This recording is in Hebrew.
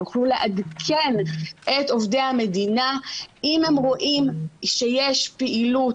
יוכלו לעדכן את עובדי המדינה אם הם רואים שיש פעילות